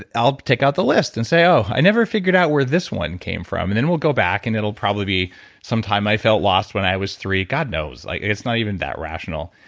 i'll take out the list and say oh, i never figured out where this one came from. and then we'll go back and it will probably be some time i felt lost when i was three, god knows. like it's not even that rationale.